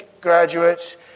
graduates